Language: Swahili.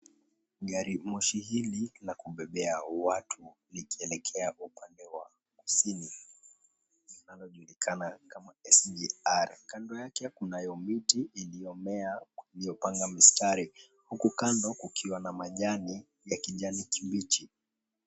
Gari moshi hili la kubebea watu likielekea upande wa kisini linalojulikana kama SGR. Kando yake kunayo miti iliyomea iliyopangwa mistari huku kando kukiwa na majani ya kijani kibichi.